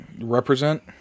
Represent